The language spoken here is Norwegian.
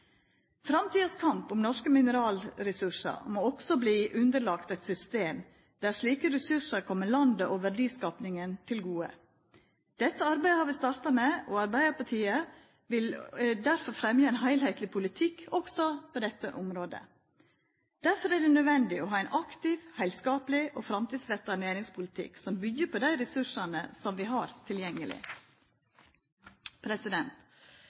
om norske mineralressursar må også verta underlagd eit system der slike ressursar kjem landet og verdiskapinga til gode. Dette arbeidet har vi starta med, og Arbeidarpartiet vil derfor fremja ein heilskapleg politikk også på dette området. Derfor er det nødvendig å ha ein aktiv, heilskapleg og framtidsretta næringspolitikk som byggjer på dei ressursane vi har